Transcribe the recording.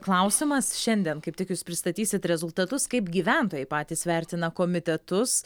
klausimas šiandien kaip tik jūs pristatysit rezultatus kaip gyventojai patys vertina komitetus